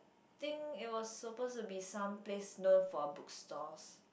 think it was supposed to be some place known for bookstores